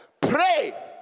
Pray